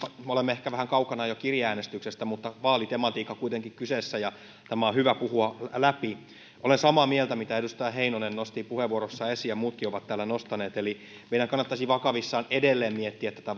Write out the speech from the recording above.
me olemme ehkä jo vähän kaukana kirjeäänestyksestä mutta vaalitematiikka on kuitenkin kyseessä ja tämä on hyvä puhua läpi olen samaa mieltä siitä mitä edustaja heinonen nosti puheenvuorossaan esiin ja muutkin ovat täällä nostaneet eli meidän kannattaisi vakavissamme edelleen miettiä tätä